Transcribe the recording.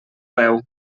deu